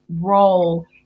role